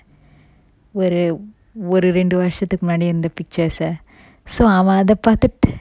ஒரு ஒரு ரெண்டு வருசத்துக்கு முன்னாடி இருந்த:oru oru rendu varusathukku munnadi iruntha pictures ah so அவன் அத பாத்துட்டு:avan atha pathuttu